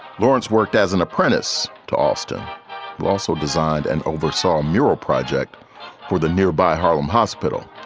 lawrence worked as an apprentice to austen, who also designed and oversaw a mural project for the nearby harlem hospital.